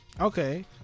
Okay